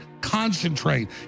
concentrate